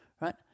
right